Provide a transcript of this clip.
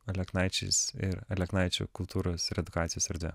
aleknaičiais ir aleknaičių kultūros ir edukacijos erdve